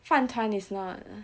饭团 is not